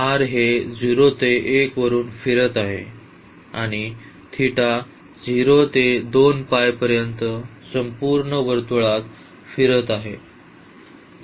तर r हे 0 ते 1 वरून फिरत आहे आणि थिटा 0 ते 2π पर्यंत संपूर्ण वर्तुळात फिरत आहे